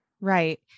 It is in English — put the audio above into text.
Right